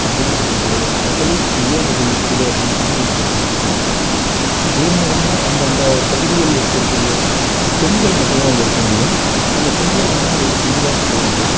அப்படின் சொல்லிவிட்டு மகளிர் சுய உதவி குழு அப்படின் சொல்லி ஒன்று ஏற்படுத்திருக்காங்க இதன் மூலியமாக அந்தந்த பகுதியில் இருக்க கூடிய பெண்கள் மட்டும்தான் இதில் இருக்க முடியும் அந்த பெண்கள் எல்லாம் ஒரு குழுவா சேர்ந்து